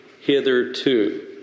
hitherto